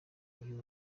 uyu